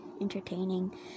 entertaining